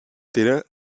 terrains